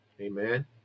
Amen